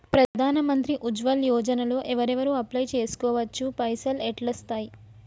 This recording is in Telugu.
ప్రధాన మంత్రి ఉజ్వల్ యోజన లో ఎవరెవరు అప్లయ్ చేస్కోవచ్చు? పైసల్ ఎట్లస్తయి?